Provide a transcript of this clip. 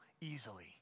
easily